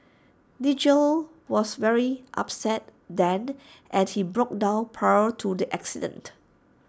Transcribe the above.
Nigel was very upset then and he broke down prior to the accident